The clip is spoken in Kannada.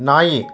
ನಾಯಿ